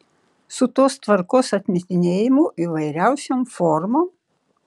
su tos tvarkos atmetinėjimu įvairiausiom formom